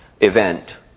event